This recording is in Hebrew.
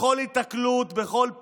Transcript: בכל היתקלות, בכל פיפס,